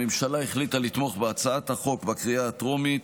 הממשלה החליטה לתמוך בהצעת החוק בקריאה הטרומית,